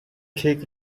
کیک